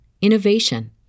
innovation